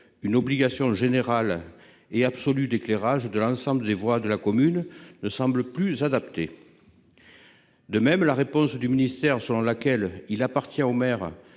une obligation générale et absolue d'éclairage de l'ensemble des voies de la commune, ne semble plus adapté. En outre, la réponse du ministère selon laquelle « il appartient au maire